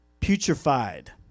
putrefied